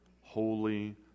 holy